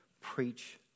preach